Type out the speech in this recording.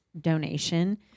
donation